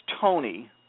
Tony